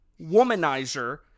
womanizer